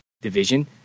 division